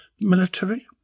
military